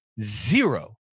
zero